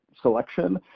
selection